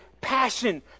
passion